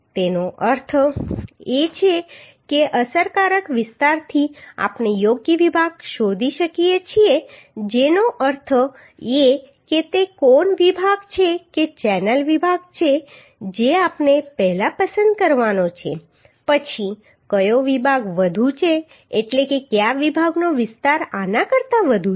તેનો અર્થ એ કે અસરકારક વિસ્તારથી આપણે યોગ્ય વિભાગ શોધી શકીએ છીએ જેનો અર્થ એ છે કે તે કોણ વિભાગ છે કે ચેનલ વિભાગ જે આપણે પહેલા પસંદ કરવાનો છે પછી કયો વિભાગ વધુ છે એટલે કે કયા વિભાગનો વિસ્તાર આના કરતા વધુ છે